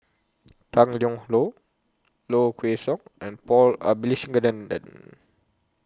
Tang Liang Hong Low Kway Song and Paul Abisheganaden